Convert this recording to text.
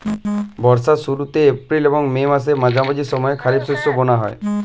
বর্ষার শুরুতে এপ্রিল এবং মে মাসের মাঝামাঝি সময়ে খরিপ শস্য বোনা হয়